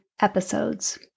episodes